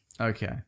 Okay